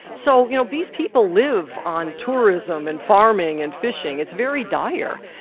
so, you know, these people live on tourism and farming and fishing. it's very dire.